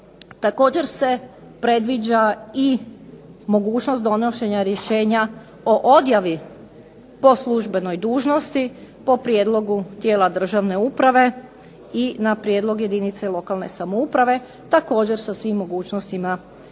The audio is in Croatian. Također se predviđa i mogućnost donošenja rješenja o odjavi po službenoj dužnosti po prijedlogu tijela državne uprave i na prijedlog jedinice lokalne samouprave, također sa svim mogućnostima ulaganja